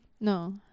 No